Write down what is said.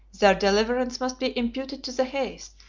their deliverance must be imputed to the haste,